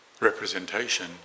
representation